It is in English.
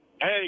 Hey